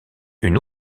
une